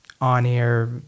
on-air